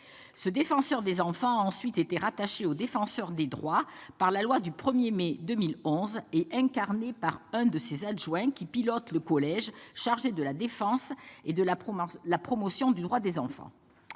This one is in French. Le Défenseur des enfants a ensuite été rattaché au Défenseur des droits par la loi du 1 mai 2011 et incarné par l'un de ses adjoints, qui pilote le collège chargé de la défense et de la promotion des droits de l'enfant.